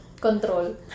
Control